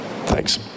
Thanks